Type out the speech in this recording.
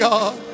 God